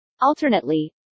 Alternately